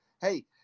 hey